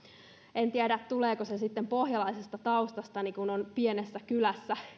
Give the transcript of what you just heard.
en tiedä tuleeko se sitten pohjalaisesta taustastani kun on pienessä kylässä